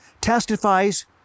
testifies